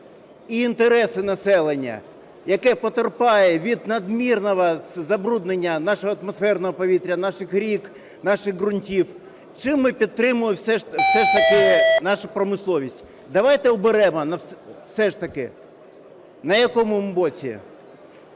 і інтереси населення, яке потерпає від надмірного забруднення нашого атмосферного повітря, наших рік, наших ґрунтів, чи ми підтримуємо все ж таки нашу промисловість. Давайте оберемо все ж таки, на якому ми боці.